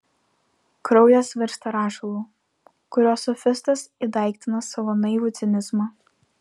kraujas virsta rašalu kuriuo sofistas įdaiktina savo naivų cinizmą